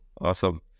awesome